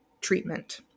treatment